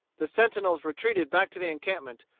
the sentinels retreated back to the encampment,